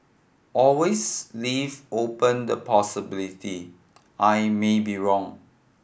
always leave open the possibility I may be wrong